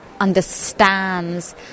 understands